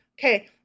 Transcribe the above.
Okay